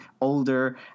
older